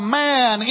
man